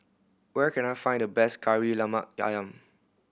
where can I find the best Kari Lemak Ayam